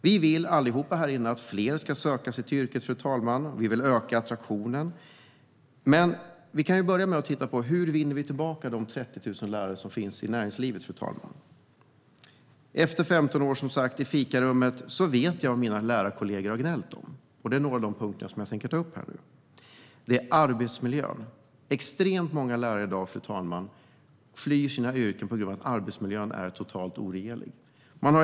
Vi vill alla att fler ska söka sig till yrket, och vi vill öka attraktionen. Låt oss börja med att titta på hur vi vinner tillbaka de 30 000 lärare som finns i näringslivet. Efter 15 år i fikarummet vet jag vad mina lärarkollegor har gnällt om, och det är några av de punkter jag tänkte ta upp här. En punkt är arbetsmiljön. Extremt många lärare i dag flyr sina yrken på grund av att arbetsmiljön är totalt oregerlig.